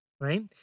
right